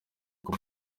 kuba